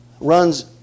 runs